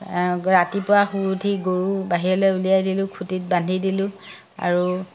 ৰাতিপুৱা শুই উঠি গৰু বাহিৰলৈ উলিয়াই দিলোঁ খুঁটিত বান্ধি দিলোঁ আৰু